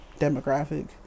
demographic